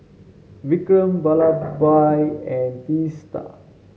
Vikram Vallabhbhai and Teesta